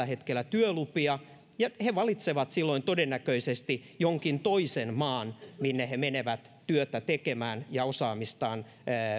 hetkellä työlupia ja he valitsevat silloin todennäköisesti jonkin toisen maan minne he menevät työtä tekemään ja osaamistaan